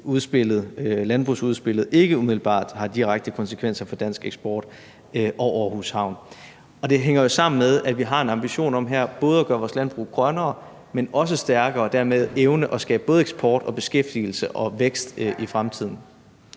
landbrugsudspillet ikke umiddelbart har direkte konsekvenser for dansk eksport og Aarhus Havn. Og det hænger jo sammen med, at vi her har en ambition om både at gøre vores landbrug grønnere, men også stærkere, og dermed evne at skabe både eksport og beskæftigelse og vækst i fremtiden.